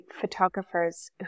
photographers